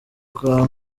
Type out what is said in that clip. kwa